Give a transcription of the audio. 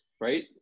right